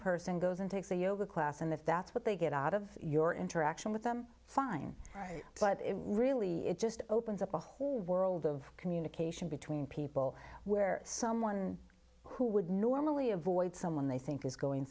person goes and takes a yoga class and if that's what they get out of your interaction with them fine but really it just opens up a whole world of communication between people where someone who would normally avoid someone they think is going